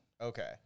Okay